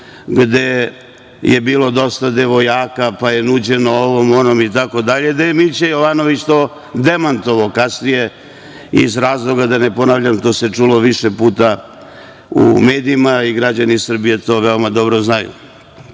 gde je bilo dosta devojaka, pa je nuđeno ovom, onom, itd, gde je Mića Jovanović to demantovao kasnije iz razloga, da ne ponavljam, to se čulo više puta u medijima i građani Srbije to veoma dobro znaju,